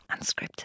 unscripted